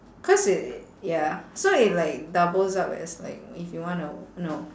cause it ya so it like doubles up as like if you wanna no